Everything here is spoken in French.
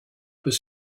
peut